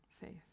faith